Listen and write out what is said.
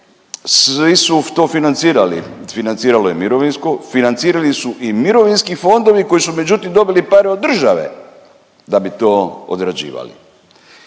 svi su to financirali. Financiralo je mirovinsko, financirali su i mirovinski fondovi koji su međutim dobili pare od države da bi to odrađivali.